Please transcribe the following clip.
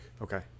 Okay